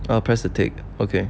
okay